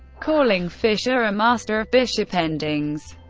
calling fischer a master of bishop endings.